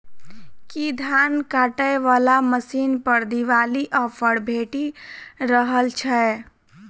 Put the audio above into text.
की धान काटय वला मशीन पर दिवाली ऑफर भेटि रहल छै?